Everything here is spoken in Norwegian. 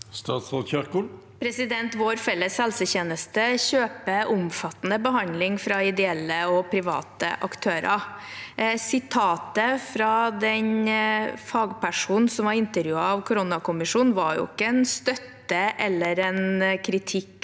Vår felles hel- setjeneste kjøper omfattende behandling fra ideelle og private aktører. Sitatet fra den fagpersonen som var intervjuet av koronakommisjonen, var jo ikke en støtte til eller en kritikk